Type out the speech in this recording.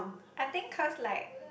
I think cause like